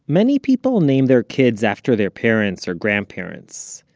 many people name their kids after their parents or grandparents.